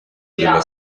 della